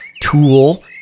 tool